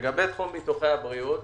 לגבי תחום ביטוחי הבריאות,